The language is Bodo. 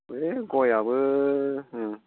ओइ गयआबो